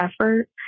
effort